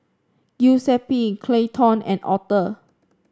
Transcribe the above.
Giuseppe Clayton and Arthor